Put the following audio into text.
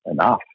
enough